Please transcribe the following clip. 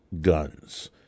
guns